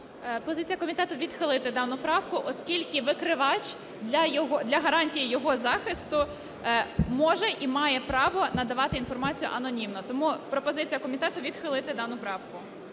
Позиція комітету - відхилити дану правку, оскільки викривач для гарантій його захисту може і має право надавати інформацію анонімно. Тому пропозиція комітету - відхилити дану правку.